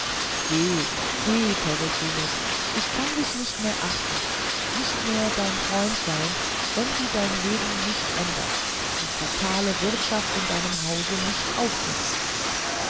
peregrinus ich kann dich nicht mehr achten nicht mehr dein freund sein wenn du dein leben nicht änderst die fatale wirtschaft in deinem hause nicht aufgibst